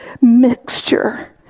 mixture